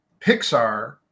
Pixar